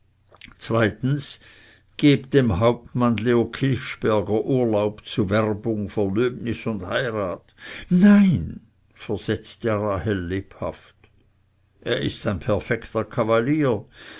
zweitens gebt dem hauptmann leo kilchsperger urlaub zu werbung verlöbnis und heirat nein versetzte rahel lebhaft er ist ein perfekter kavalier